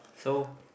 so